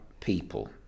people